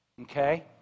Okay